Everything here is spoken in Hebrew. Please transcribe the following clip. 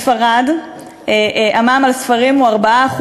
בספרד המע"מ על ספרים הוא 4%,